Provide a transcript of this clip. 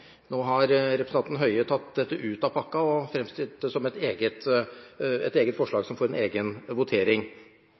Nå har representanten Høie tatt dette ut av pakken, og fremstilt det som et eget forslag, som får en egen votering.